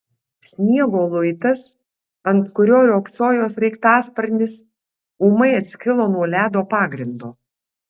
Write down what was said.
sniego luitas ant kurio riogsojo sraigtasparnis ūmai atskilo nuo ledo pagrindo